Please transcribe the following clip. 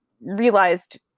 realized